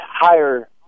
higher